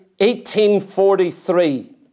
1843